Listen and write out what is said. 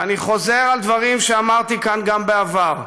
ואני חוזר על דברים שאמרתי כאן גם בעבר: